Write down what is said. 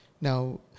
Now